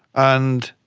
and,